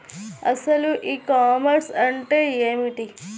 అసలు e commerce అంటే ఏమిటి?